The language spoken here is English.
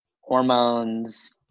hormones